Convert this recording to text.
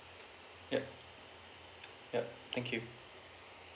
yup yup thank you